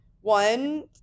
one